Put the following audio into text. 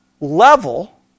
level